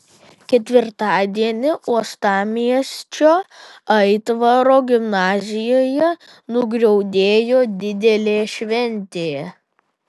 ketvirtadienį uostamiesčio aitvaro gimnazijoje nugriaudėjo didelė šventė